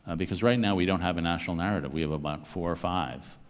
and because right now we don't have a national narrative. we have about four or five.